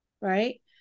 right